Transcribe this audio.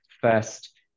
first